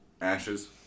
Ashes